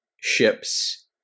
ships